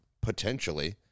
potentially